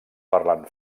parlant